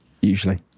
usually